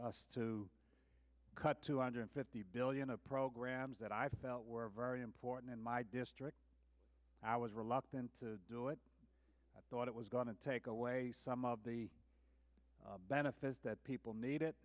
s to cut two hundred fifty billion of programs that i felt were very important in my district i was reluctant to do it i thought it was going to take away some of the benefits that people need it